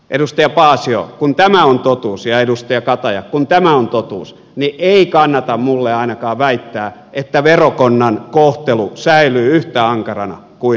edustaja paasio kun tämä on totuus ja edustaja kataja kun tämä on totuus niin ei kannata minulle ainakaan väittää että verokonnan kohtelu säilyy yhtä ankarana kuin ennen